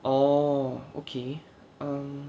oh okay mm